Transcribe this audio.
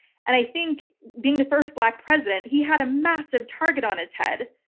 and i think, being the first black president, he had a massive target on his head,